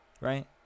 Right